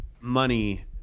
money